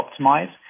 optimize